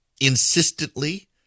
insistently